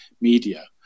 media